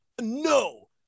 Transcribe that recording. No